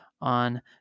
on